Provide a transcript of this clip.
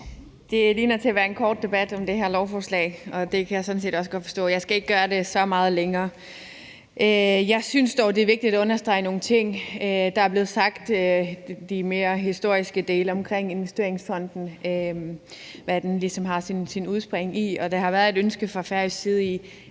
Det ser ud til at være en kort debat, der kommer om det her lovforslag, og det kan jeg sådan set også godt forstå. Jeg skal ikke gøre det så meget længere. Jeg synes dog, det er vigtigt at understrege nogle ting, der er blevet sagt: de mere historiske dele omkring investeringsfonden, og hvad den ligesom har sit udspring i. Det har været et ønske fra færøsk side i